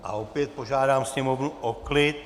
A opět požádám sněmovnu o klid!